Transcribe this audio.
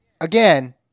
again